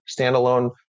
standalone